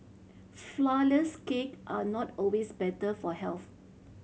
flourless cake are not always better for health